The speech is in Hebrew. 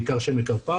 בעיקר של מקרפ"ר,